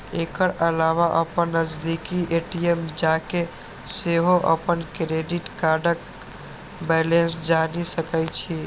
एकर अलावा अपन नजदीकी ए.टी.एम जाके सेहो अपन क्रेडिट कार्डक बैलेंस जानि सकै छी